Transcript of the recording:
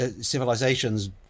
civilizations